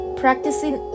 practicing